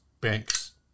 banks